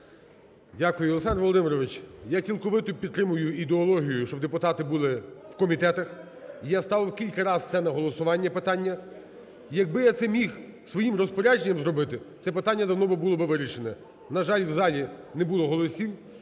Дякую. Олександр Володимирович, я цілковито підтримую ідеологію, щоб депутати були в комітетах. Я ставив кілька раз це на голосування питання. Якби я це міг своїм розпорядженням зробити, це питання давно би було вирішене. На жаль, в залі не було голосів.